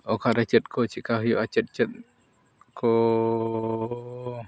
ᱚᱠᱟᱨᱮ ᱪᱮᱫ ᱠᱚ ᱪᱮᱠᱟ ᱦᱩᱭᱩᱜᱼᱟ ᱪᱮᱫ ᱪᱮᱫ ᱠᱚᱻ